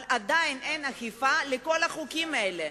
אבל עדיין אין אכיפה של כל החוקים האלה.